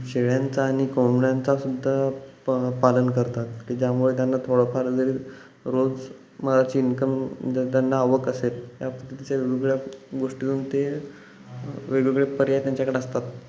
शेळ्यांचं आणि कोंबड्यांचंसुद्धा प पालन करतात की ज्यामुळे त्यांना थोडंफार जरी रोज माची इन्कम जर त्यांना आवक असेल त्या पद्धतीच्या वेगवेगळ्या गोष्टी देऊन ते वेगवेगळे पर्याय त्यांच्याकडे असतात